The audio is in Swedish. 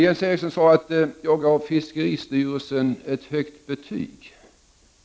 Jens Eriksson sade att jag gav fiskeristyrelsen ett högt betyg.